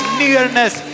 nearness